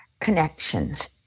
connections